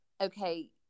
okay